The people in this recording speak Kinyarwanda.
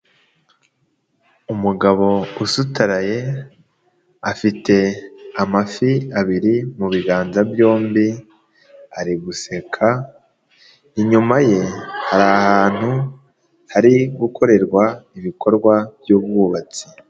Umugabo usutaraye, afite amafi abiri mu biganza byombi, ari guseka, inyuma ye hari ahantu hari gukorerwa ibikorwa byubwubatsi.